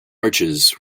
arches